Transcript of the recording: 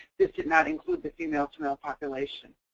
this did not include the female-to-male population.